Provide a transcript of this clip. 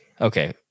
okay